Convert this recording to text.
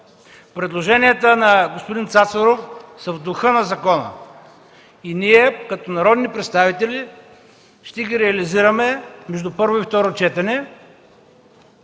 Предложенията на господин Цацаров са в духа на закона и ние, като народни представители, ще ги реализираме между първо и второ четене,